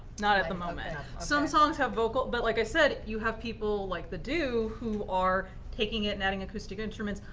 not at the moment. some songs have vocal. but like i said, you have people like the do who are taking it and adding acoustic instruments.